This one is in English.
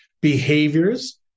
behaviors